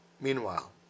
meanwhile